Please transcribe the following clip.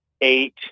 eight